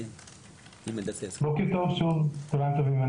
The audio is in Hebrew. צוהריים טובים.